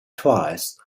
twice